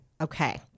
Okay